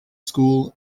school